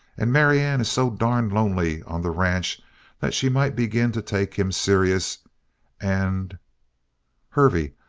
and marianne is so darned lonely on the ranch that she might begin to take him serious and hervey,